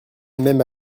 même